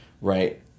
right